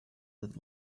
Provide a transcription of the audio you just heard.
with